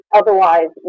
otherwise